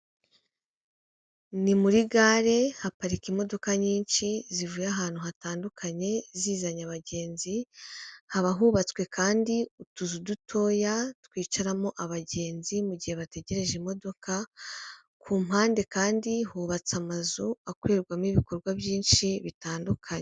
Ni muri gare, haparika imodoka nyinshi zivuye ahantu hatandukanye, zizanye abagenzi, haba hubatswe kandi utuzu dutoya, twicaramo abagenzi mu gihe bategereje imodoka, ku mpande kandi hubatse amazu, akorerwamo ibikorwa byinshi bitandukanye.